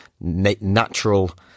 natural